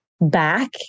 back